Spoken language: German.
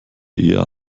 eher